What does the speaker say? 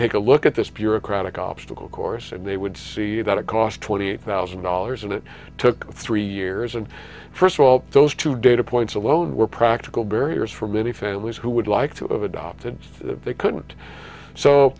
take a look at this bureaucratic obstacle course and they would see that it cost twenty eight thousand dollars and it took three years and first of all those two data points alone were practical barriers for many families who would like to adopt and they couldn't so